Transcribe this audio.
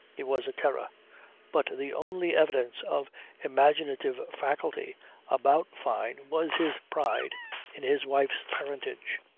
he was a terror but the only evidence of imaginative faculty about fyne was his pride in his wife's parentage.